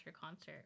concert